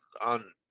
on